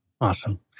awesome